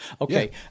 Okay